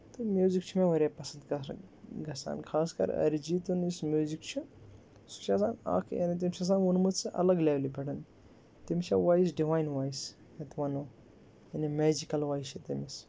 تہٕ میوٗزِک چھِ مےٚ واریاہ پسنٛد کرٕنۍ گژھان خاص کر أرِجیٖتُن یُس میوٗزِک چھِ سُہ چھُ آسان اَکھ یعنی تٔمۍ چھُ آسان ووٚنمُت سُہ الگ لٮ۪ولہِ پٮ۪ٹھ تٔمِس چھِ وایِس ڈِوایِن وایِس یَتھ وَنو یعنی میجِکَل وایِس چھِ تٔمِس